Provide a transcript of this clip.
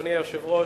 אדוני היושב-ראש,